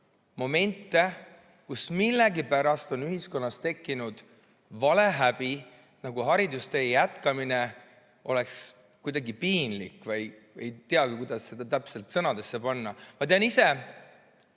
momente, kui millegipärast on ühiskonnas tekkinud valehäbi, nagu haridustee jätkamine oleks kuidagi piinlik. Ei teagi, kuidas seda täpselt sõnadesse panna. Ma tean ise